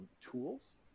tools